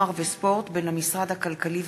נוער וספורט בין המשרד הכלכלי